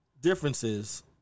differences